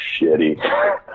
shitty